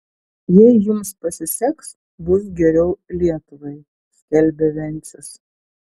jei jums pasiseks bus geriau lietuvai skelbė vencius